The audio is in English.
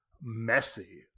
messy